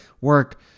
work